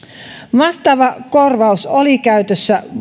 vastaava korvaus oli käytössä